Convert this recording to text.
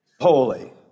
holy